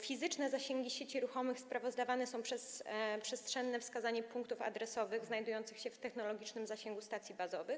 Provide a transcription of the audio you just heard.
Fizyczne zasięgi sieci ruchomych sprawozdawane są przez przestrzenne wskazanie punktów adresowych znajdujących się w technologicznym zasięgu stacji bazowych.